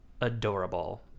adorable